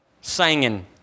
singing